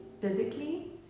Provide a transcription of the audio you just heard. physically